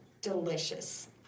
delicious